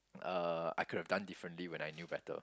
uh I could have done differently when I knew better